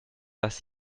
dass